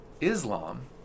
Islam